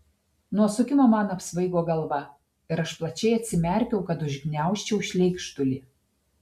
nuo sukimo man apsvaigo galva ir aš plačiai atsimerkiau kad užgniaužčiau šleikštulį